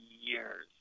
years